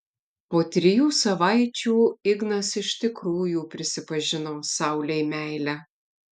po trijų savaičių ignas iš tikrųjų prisipažino saulei meilę